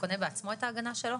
קונה בעצמו את ההגנה שלו?